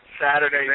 Saturday